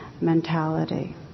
mentality